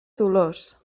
dolors